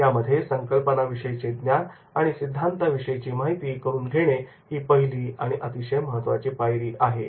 त्यामध्ये संकल्पनांविषयी चे ज्ञान आणि सिध्दांतांविषयीची माहिती करून घेणे ही पहिली व अतिशय महत्त्वाची पायरी आहे